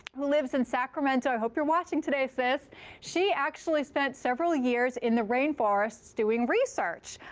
who lives in sacramento i hope you're watching today, sis she actually spent several years in the rain forests doing research.